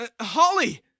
Holly